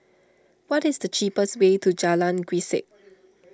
what is the cheapest way to Jalan Grisek